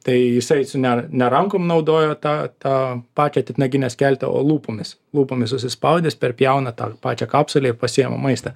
tai jisai su ne ne rankom naudojo tą tą pačią titnaginę skelti o lūpomis lūpomis susispaudęs perpjauna tą pačią kapsulę ir pasiima maistą